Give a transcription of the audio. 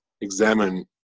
examine